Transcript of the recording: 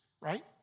right